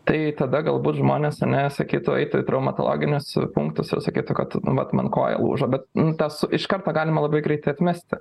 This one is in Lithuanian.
tai tada galbūt žmonės ane sakytų eitų į traumatologinius punktus ir sakytų kad nu vat man koja lūžo bet tas iš karto galima labai greitai atmesti